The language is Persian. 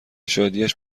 شادیش